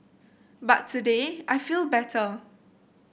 but today I feel better